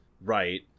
Right